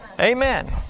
Amen